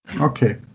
Okay